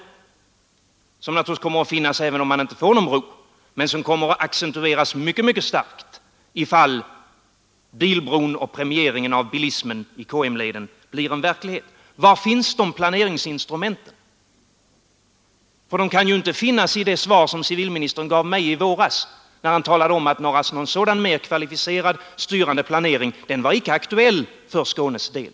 Den situationen kommer att finnas även om man inte får någon bro, men situationen accentueras mycket starkt om bilbron och premieringen av bilismen av KM-leden blir en verklighet. Var finns de planeringsinstrumenten? De kan ju inte finnas i det svar som civilministern gav mig i våras då han talade om att någon sådan kvalificerad styrande planering icke var aktuell för Skånes del.